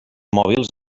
mòbils